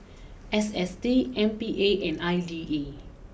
S S T M P A and I D A